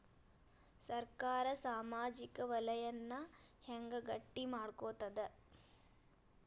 ಸರ್ಕಾರಾ ಸಾಮಾಜಿಕ ವಲಯನ್ನ ಹೆಂಗ್ ಗಟ್ಟಿ ಮಾಡ್ಕೋತದ?